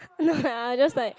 nah just like